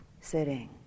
sitting